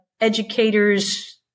educators